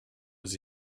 was